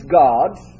gods